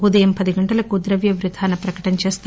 ఉదయం పది గంటలకు ద్రవ్య విధాన ప్రకటన చేస్తారు